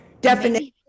definition